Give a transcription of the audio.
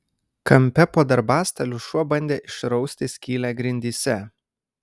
kampe po darbastaliu šuo bandė išrausti skylę grindyse